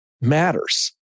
matters